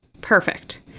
perfect